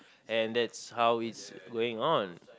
and that's how it's going on